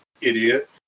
idiot